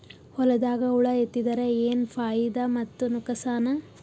ಹೊಲದಾಗ ಹುಳ ಎತ್ತಿದರ ಏನ್ ಫಾಯಿದಾ ಮತ್ತು ನುಕಸಾನ?